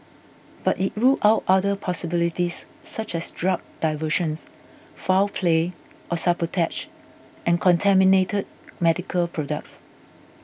but it ruled out other possibilities such as drug diversion foul play or sabotage and contaminated medical products